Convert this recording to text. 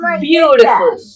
beautiful